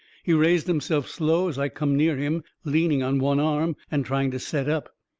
he raised himself slow as i come near him, leaning on one arm and trying to set up.